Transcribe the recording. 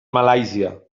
malàisia